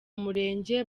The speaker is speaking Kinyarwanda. murenge